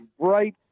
bright